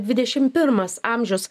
dvidešim pirmas amžius